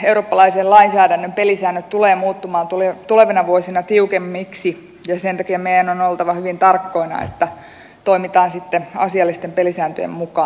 eurooppalaisen lainsäädännön pelisäännöt tulevat muuttumaan tulevina vuosina tiukemmiksi ja sen takia meidän on oltava hyvin tarkkoina että toimitaan sitten asiallisten pelisääntöjen mukaan